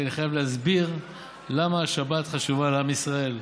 כי אני חייב להסביר למה השבת חשובה לעם ישראל.